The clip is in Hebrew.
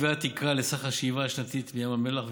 קביעת תקרה לסך השאיבה השנתית מים המלח,